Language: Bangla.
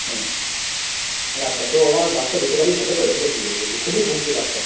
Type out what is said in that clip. হুম আচ্ছা তো আমার বাচ্চা রিকোভারি হবে তো সেটাই জিজ্ঞাসা করছি খুই ভুগছে বাচ্চা